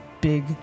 big